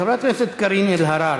חברת הכנסת קארין אלהרר,